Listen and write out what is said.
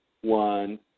one